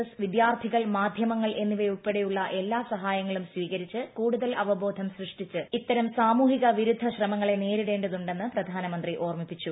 S വിദ്യാർത്ഥികൾ മാധ്യമങ്ങൾ എന്നിവയുൾപ്പെടെയുള്ള എല്ലാ സഹായങ്ങളും സ്വീകരിച്ച് കൂടുതൽ അവബോധം സൃഷ്ടിച്ച് ഇത്തരം സാമൂഹിക വിരുദ്ധ ശ്രമങ്ങളെ നേരിടേണ്ടതുണ്ടെന്ന് പ്രധാനമന്ത്രി ഓർമ്മിപ്പിച്ചു